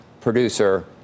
producer